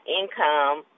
income